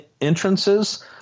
entrances